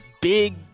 big